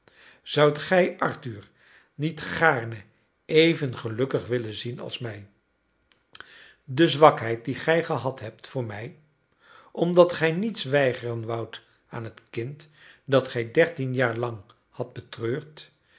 zoudt gij arthur niet gaarne even gelukkig willen zien als mij de zwakheid die gij gehad hebt voor mij omdat gij niets weigeren woudt aan het kind dat gij dertien jaar lang hadt betreurd